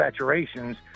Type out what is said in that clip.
saturations